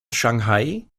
shanghai